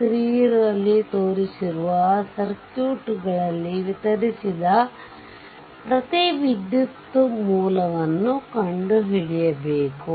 3 ರಲ್ಲಿ ತೋರಿಸಿರುವ ಸರ್ಕ್ಯೂಟ್ಗಳಲ್ಲಿ ವಿತರಿಸಿದ ಪ್ರತಿ ವಿದ್ಯುತ್ ಮೂಲವನ್ನು ಕಂಡುಹಿಡಿಯಬೇಕು